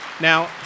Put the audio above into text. Now